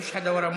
(אומר בערבית: אין אף אחד אחרי מוסי.)